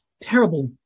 terrible